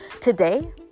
today